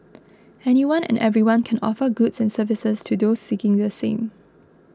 anyone and everyone can offer goods and services to those seeking the same